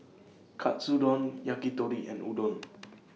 Katsudon Yakitori and Udon